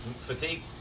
fatigue